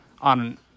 on